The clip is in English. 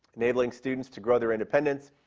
enabling students to grow their independence,